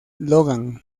logan